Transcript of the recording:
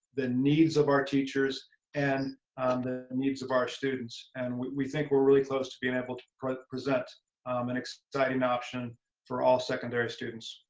the needs of our teachers and the needs of our students. and we think we're really close to being able to present an exciting option for all secondary students.